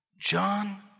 John